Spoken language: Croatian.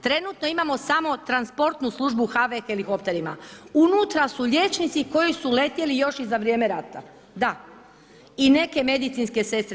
Trenutno imamo samo transportnu službu HV helikopterima, unutra su liječnici koju su letjeli još i za vrijeme rata, da, i neke medicinske sestre.